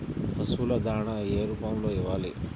పశువుల దాణా ఏ రూపంలో ఇవ్వాలి?